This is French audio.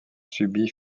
subies